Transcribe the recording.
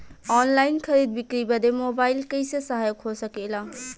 Online खरीद बिक्री बदे मोबाइल कइसे सहायक हो सकेला?